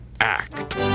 act